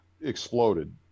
exploded